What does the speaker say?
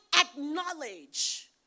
acknowledge